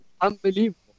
Unbelievable